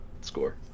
Score